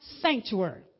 sanctuary